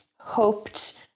hoped